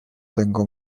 tengo